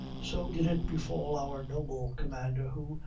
so did it befall our noble commander, who,